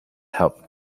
helped